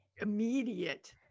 immediate